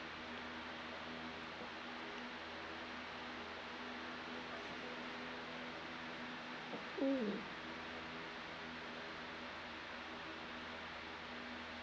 mm